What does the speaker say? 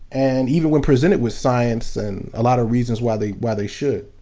and even when presented with science and a lot of reasons why they, why they should.